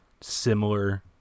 similar